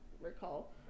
recall